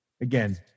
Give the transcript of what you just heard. Again